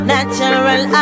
Natural